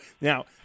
now